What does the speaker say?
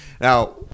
Now